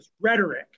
rhetoric